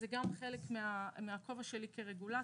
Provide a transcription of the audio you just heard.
זה גם חלק מהכובע שלי כרגולטור.